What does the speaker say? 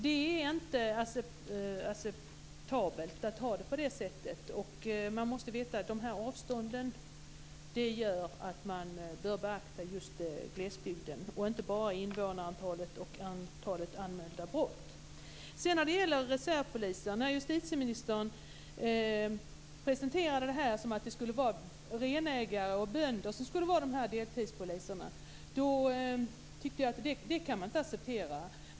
Det är inte acceptabelt att ha det på det sättet. Avstånden gör att man bör beakta glesbygden. Det handlar inte bara om invånarantal och antalet anmälda brott. När justitieministern presenterade detta verkade det som om det skulle vara renägare och bönder som skulle var dessa deltidspoliser. Jag tyckte inte att det var acceptabelt.